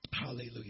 Hallelujah